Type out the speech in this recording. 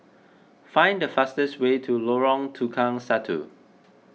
find the fastest way to Lorong Tukang Satu